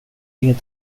inget